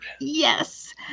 yes